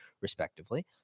respectively